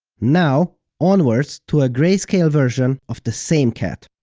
now, onwards to a grayscale version of the same cat.